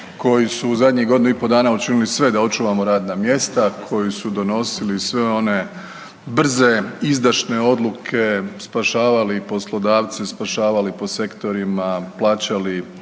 koji su u zadnjih godinu i po' dana učinili sve da očuvamo radna mjesta, koji su donosili sve one brze, izdašne odluke, spašavali poslodavce, spašavali po sektorima, plaćali